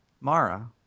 Mara